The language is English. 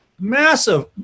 massive